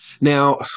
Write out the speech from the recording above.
Now